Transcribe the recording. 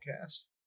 cast